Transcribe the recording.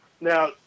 now